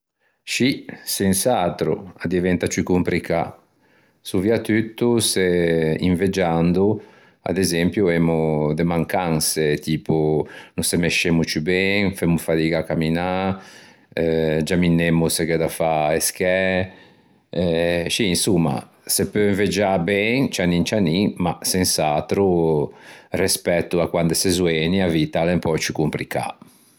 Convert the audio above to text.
Scì, sens'atro a diventa ciù compricâ soviatutto se invegiando ad esempio emmo de mancanse tipo no se mesciemmo ciù ben, femmo fadiga à camminâ, giamminemmo se gh'é da fâ e scæ eh scì insomma se peu invegiâ ben cianin cianin ma sens'atro reespetto a quande s'é zoeni a vitta a l'é un pö ciù compricâ.